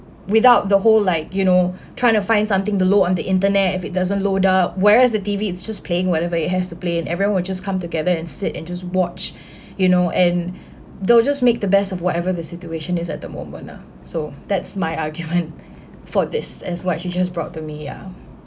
without the whole like you know trying to find something to load on the internet if it doesn't load up whereas the T_V it's just playing whatever it has to play and everyone will just come together and sit and just watch you know and they'll just make the best of whatever the situation is at the moment ah so that's my argument for this as what she just brought to me ah